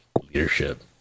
leadership